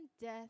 death